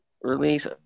release